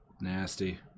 Nasty